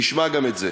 נשמע גם את זה.